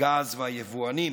הגז והיבואנים.